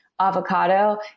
avocado